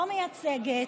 לא מייצגת,